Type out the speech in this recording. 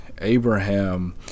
abraham